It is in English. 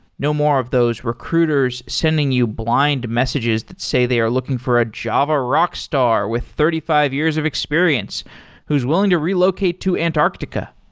no more of those recruiters sending you blind messages that say they are looking for a java rock star with thirty five years of experience who's willing to relocate to antarctica.